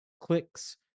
clicks